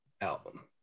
album